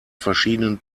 verschiedenen